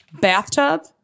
Bathtub